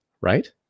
right